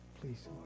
Please